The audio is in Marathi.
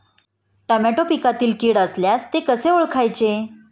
टोमॅटो पिकातील कीड असल्यास ते कसे ओळखायचे?